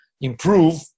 improve –